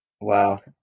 Wow